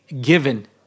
given